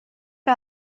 que